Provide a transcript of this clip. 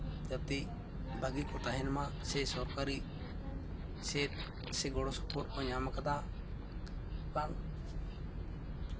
ᱡᱟᱛᱮ ᱵᱷᱟᱹᱜᱤ ᱠᱚ ᱛᱟᱦᱮᱱ ᱢᱟ ᱥᱮ ᱥᱚᱨᱠᱟᱨᱤ ᱥᱮ ᱜᱚᱲᱚᱥᱚᱯᱚᱦᱚᱫ ᱠᱚ ᱧᱟᱢ ᱠᱟᱫᱟ ᱚᱱᱠᱟᱱ